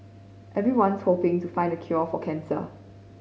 everyone's hoping to find the cure for cancer